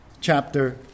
chapter